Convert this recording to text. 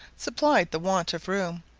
supplied the want of room,